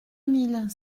mille